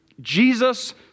Jesus